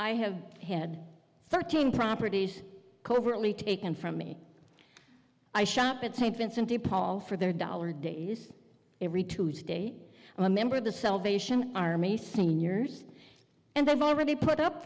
i have had thirteen properties covertly taken from me i shop at st vincent de paul for their dollar days every tuesday a member of the salvation army seniors and they've already put up